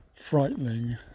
frightening